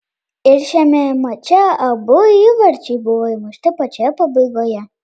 ir šiame mače abu įvarčiai buvo įmušti pačioje pabaigoje